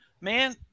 man